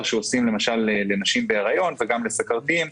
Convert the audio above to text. שעושים למשל לנשים בהריון וגם לסוכרתיים,